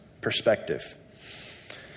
perspective